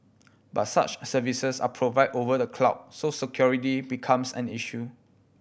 but such services are provided over the cloud so security becomes an issue